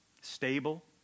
stable